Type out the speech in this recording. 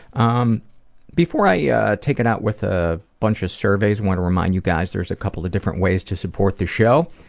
um before i yeah take it out with a bunch of surveys, i want to remind you guys there's a couple of different ways to support the show,